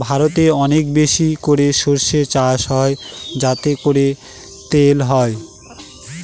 ভারতে অনেক বেশি করে সর্ষে চাষ হয় যাতে করে তেল হয়